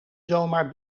zomaar